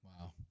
Wow